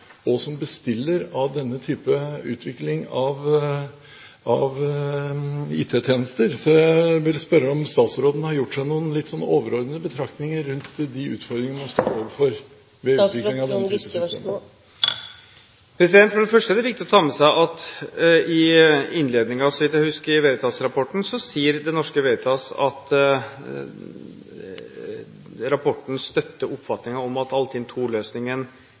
og som bestiller av denne type IT-tjenester. Så jeg vil spørre om statsråden har gjort seg noen overordnede betraktninger rundt de utfordringene man står overfor ved utvikling av denne typen systemer. For det første er det viktig å ta med seg at i innledningen til Veritas-rapporten, så vidt jeg husker, sier Det Norske Veritas at rapporten «støtter oppfatningen om at